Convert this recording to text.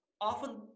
often